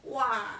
!wah!